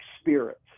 spirits